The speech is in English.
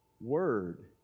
word